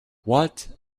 what